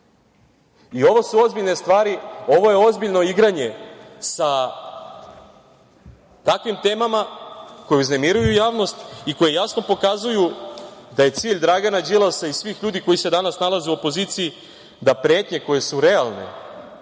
su ozbiljne stvari, ovo je ozbiljno igranje sa takvim temama koji uznemiruju javnost i koji jasno pokazuju da je cilj Dragan Đilasa i svih ljudi koji se danas nalaze u opoziciji da pretnje koje su realne